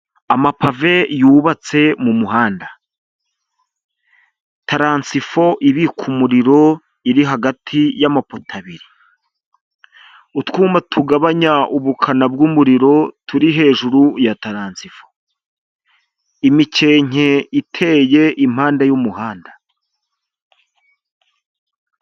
Amapave yubatse mu muhanda. Taransifo ibika umuriro iri hagati y'amapoto abiri. Utwuma tugabanya ubukana bw'umuriro turi hejuru ya taransifo. Imikenke iteye impande y'umuhanda.